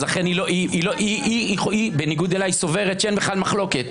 היא בניגוד אליי סוברת שאין בכלל מחלוקת,